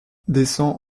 descends